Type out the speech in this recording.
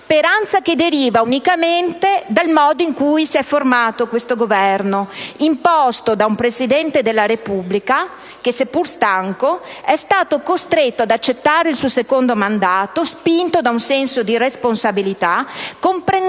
speranza che deriva unicamente dal modo con cui si è formato questo Governo, imposto da un Presidente della Repubblica che, seppure stanco, è stato costretto ad accettare il suo secondo mandato, spinto da un senso di responsabilità e comprendendo